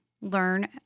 learn